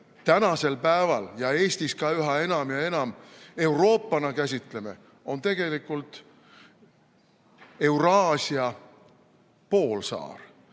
tänasel päeval ja Eestis ka üha enam ja enam Euroopana käsitleme, on tegelikult Euraasia poolsaar.